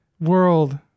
world